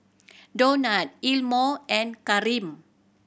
Donat Elmo and Kareem